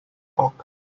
foc